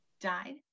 died